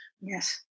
Yes